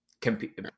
compete